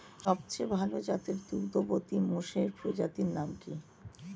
সবচেয়ে ভাল জাতের দুগ্ধবতী মোষের প্রজাতির নাম কি?